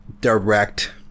direct